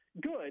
good